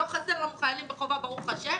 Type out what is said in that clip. לא חסר היום חיילים בחובה, ברוך השם.